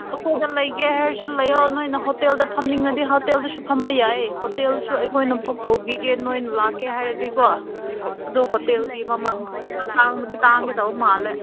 ꯑꯩꯈꯣꯏꯗ ꯂꯩꯒꯦ ꯍꯥꯏꯔꯁꯨ ꯂꯩꯌꯣ ꯅꯣꯏꯅ ꯍꯣꯇꯦꯜꯗ ꯐꯝꯅꯤꯡꯉꯗꯤ ꯍꯣꯇꯦꯜꯗꯁꯨ ꯐꯝꯕ ꯌꯥꯏꯌꯦ ꯍꯣꯇꯦꯜꯁꯨ ꯑꯩꯈꯣꯏꯅ ꯕꯨꯛ ꯇꯧꯕꯤꯒꯦ ꯅꯣꯏꯅ ꯂꯥꯛꯀꯦ ꯍꯥꯏꯔꯗꯤꯀꯣ ꯑꯗꯣ ꯍꯣꯇꯦꯜꯒꯤ ꯃꯃꯜꯗꯤ ꯐꯖꯅ ꯇꯥꯡꯕꯗꯤ ꯇꯥꯡꯒꯧꯗꯕ ꯃꯥꯜꯂꯦ